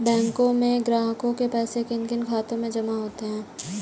बैंकों में ग्राहकों के पैसे किन किन खातों में जमा होते हैं?